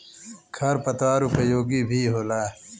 खर पतवार उपयोगी भी होला